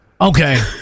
Okay